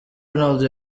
ronaldo